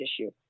issue